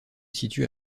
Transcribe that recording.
situe